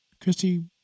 Christy